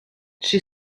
she